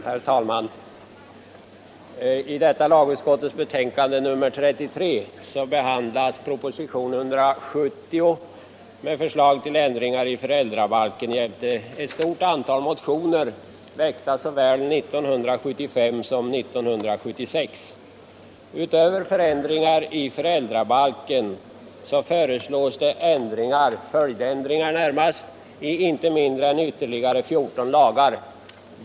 Herr talman! I detta betänkande från lagutskottet, nr 33, behandlas propositionen 1975/76:170 med förslag till ändringar i föräldrabalken jämte ett stort antal motioner, väckta såväl 1975 som 1976. Utöver ändringar i föräldrabalken föreslås ändringar — följdändringar närmast — i inte mindre än 14 lagar.